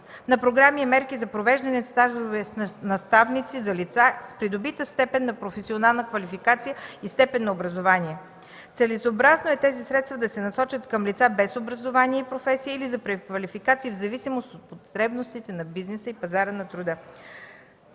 на програми и мерки за провеждане на стажове с наставници за лица с придобита степен на професионална квалификация и степен на образование. Целесъобразно е тези средства да се насочат към лица без образование и професия или за преквалификация в зависимост от потребностите на бизнеса и пазара на труда.